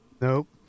Nope